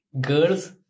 Girls